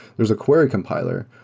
there's a query compiler,